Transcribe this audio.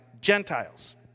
Gentiles